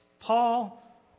Paul